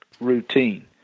routine